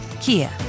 Kia